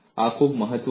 આ ખૂબ મહત્વનું છે